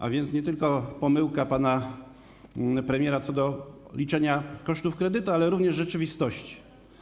A więc to nie tylko pomyłka pana premiera co do liczenia kosztów kredytu, ale również co do rzeczywistości.